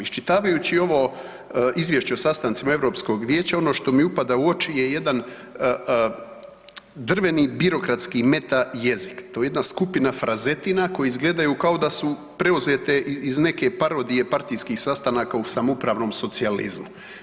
Iščitavajući ovo izvješće o sastancima Europskog vijeća ono što mi upada u oči je jedan drveni birokratski meta jezik, to je jedna skupina frazetina koje izgledaju kao da su preuzete iz neke parodije partijskih sastanaka u samoupravnom socijalizmu.